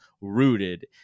rooted